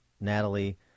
Natalie